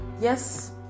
yes